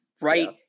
right